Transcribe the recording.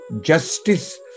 justice